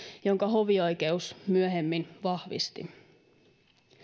minkä hovioikeus myöhemmin vahvisti